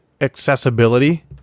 accessibility